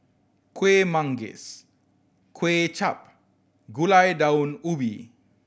Kuih Manggis Kway Chap Gulai Daun Ubi